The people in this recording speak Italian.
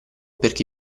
perché